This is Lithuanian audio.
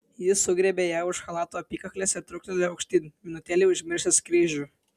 jis sugriebė ją už chalato apykaklės ir truktelėjo aukštyn minutėlei užmiršęs kryžių